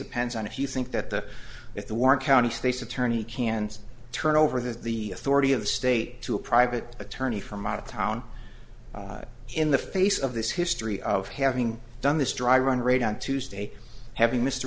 depends on if you think that if the warren county state's attorney can't turn over the authority of state to a private attorney from out of town in the face of this history of having done this dry run rate on tuesday having mr